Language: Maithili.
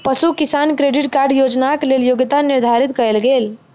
पशु किसान क्रेडिट कार्ड योजनाक लेल योग्यता निर्धारित कयल गेल